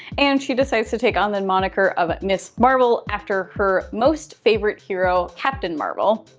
and she decides to take on the and moniker of ms marvel after her most favorite hero, captain marvel.